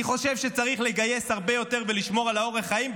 אני חושב שצריך לגייס הרבה יותר ולשמור על אורח החיים,